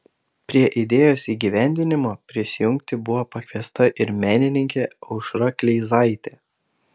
prie idėjos įgyvendinimo prisijungti buvo pakviesta ir menininkė aušra kleizaitė